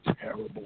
terrible